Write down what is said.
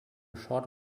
short